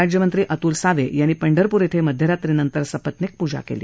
राज्यमंत्री अतुल सावे यांनी पंढरपूर क्वि मध्यरात्रीनंतर सपत्नीक महापुजा केली